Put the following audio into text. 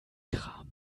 kram